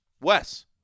Wes